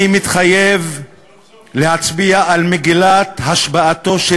אני מתחייב להצביע על מגילת השבעתו של